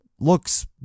Looks